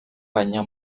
baina